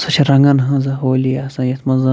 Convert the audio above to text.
سۄ چھِ رَنٛگَن ہٕنٛز ہولی آسان یَتھ منٛز